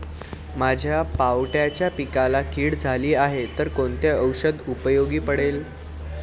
माझ्या पावट्याच्या पिकाला कीड झाली आहे तर कोणते औषध उपयोगी पडेल?